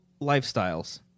lifestyles